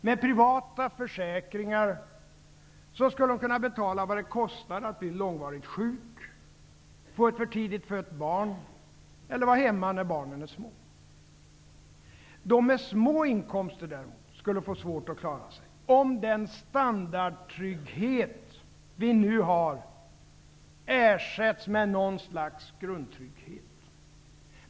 Med privata försäkringar skulle de kunna betala vad det kostar att bli långvarigt sjuk, få ett för tidigt fött barn eller vara hemma när barnen är små. De med små inkomster skulle däremot få svårt att klara sig, om den standardtrygghet som vi nu har ersattes med ett slags grundtrygghet.